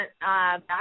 back